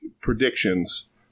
predictions